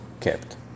kept